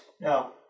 No